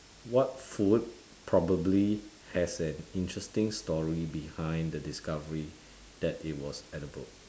what food probably has an interesting story behind the discovery that it was edible